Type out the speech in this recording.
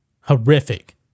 Horrific